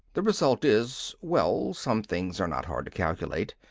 the result is well, some things are not hard to calculate.